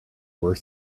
were